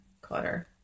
clutter